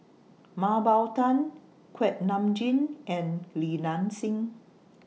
Mah Bow Tan Kuak Nam Jin and Li Nanxing